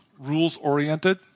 rules-oriented